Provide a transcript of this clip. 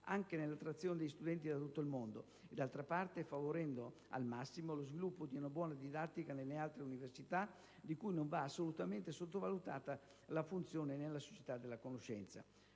anche nell'attrazione di studenti da tutto il mondo, e d'altra parte favorendo al massimo lo sviluppo di una buona didattica nelle altre università, di cui non va assolutamente sottovalutata la funzione nella società della conoscenza.